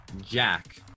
Jack